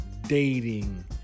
dating